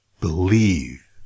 believe